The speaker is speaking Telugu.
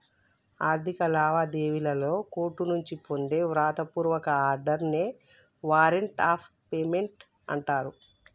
ఆర్థిక లావాదేవీలలో కోర్టుల నుంచి పొందే వ్రాత పూర్వక ఆర్డర్ నే వారెంట్ ఆఫ్ పేమెంట్ అంటరు